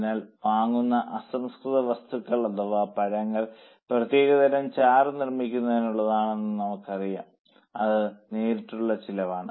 അതിനാൽ വാങ്ങുന്ന അസംസ്കൃത വസ്തുക്കൾ അഥവാ പഴങ്ങൾ പ്രത്യേക തരം ചാറ് നിർമ്മിക്കാനുള്ളതാണെന്ന് നമുക്കറിയാം അത് നേരിട്ടുള്ള ചിലവാണ്